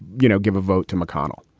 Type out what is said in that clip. you know, give a vote to mcconnell?